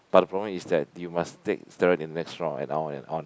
but the problem is that you must take steroid in next round and on and on